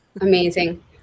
Amazing